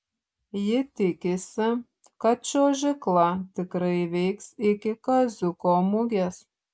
ji tikisi kad čiuožykla tikrai veiks iki kaziuko mugės